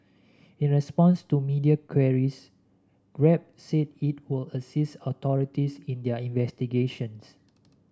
in response to media queries Grab said it would assist authorities in their investigations